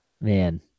Man